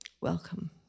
Welcome